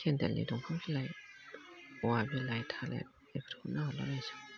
केन्देलनि दंफां बिलाइ औवा बिलाइ थालिर बिलाइ बेफोरखौनो नाहरलाबायनोसै आं